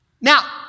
Now